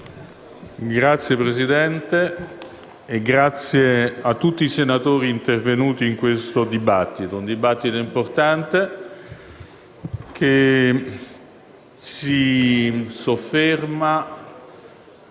Signor Presidente, ringrazio tutti i senatori intervenuti in questo dibattito, un dibattito importante che si sofferma